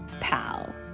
pal